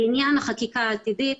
לעניין החוק העתידי,